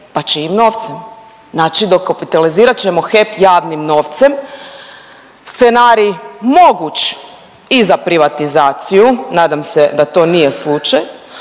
Pa čijim novcem? Znači dokapitalizirat ćemo HEP javnim novcem. Scenarij moguć i za privatizaciju. Nadam se da to nije slučaj.